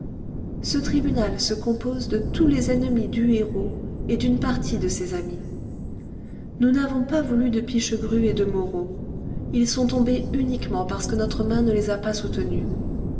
ce tribunal se compose de tous les ennemis du héros et d'une partie de ses amis nous n'avons pas voulu de pichegru et de moreau ils sont tombés uniquement parce que notre main ne les a pas soutenus